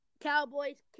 Cowboys